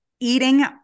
Eating